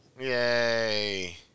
Yay